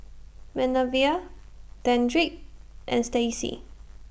Manervia Dedrick and Stacey